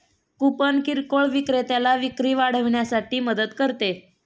coupon किरकोळ विक्रेत्याला विक्री वाढवण्यासाठी मदत करते